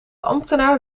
ambtenaar